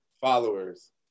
followers